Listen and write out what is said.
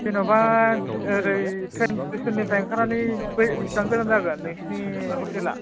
जेन'बा ओरै ट्रेन सिथेसननिफ्राय ओंखारनानै बै बेसेबां गोजान जागोन नोंसिनि हटेलआ